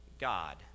God